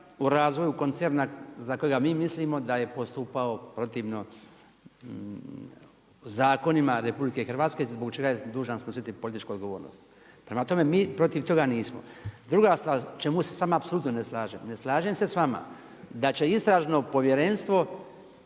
u razvoju koncerna za kojega mi mislimo da je postupao protivno zakonima RH zbog čega je dužan snositi političku odgovornost. Prema tome, mi protiv toga nismo. Druga stvar, s čime se s vama apsolutno ne slažem. Ne slažem se s vama da će Istražno povjerenstvo